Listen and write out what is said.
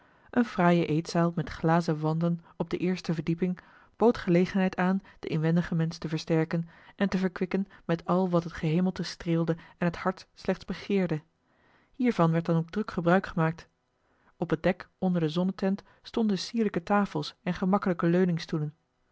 eene fraaie eetzaal met glazen wanden op de eerste verdieping bood gelegenheid aan den inwendigen mensch te versterken en te verkwikken met al wat het gehemelte streelde en het hart slechts begeerde hiervan werd dan ook druk gebruik gemaakt op het dek onder de zonnetent stonden sierlijke tafels en gemakkelijke